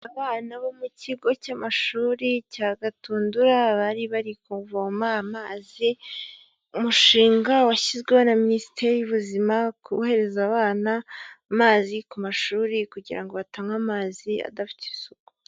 Abana bo mu kigo cy'amashuri cya gatudura bari bari kuvoma amazi umushinga washyizweho na minisiteri y'ubuzima kohereza abana amazi ku mashuri kugira ngo batanywa amazi adafite isuku.